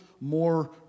more